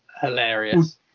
hilarious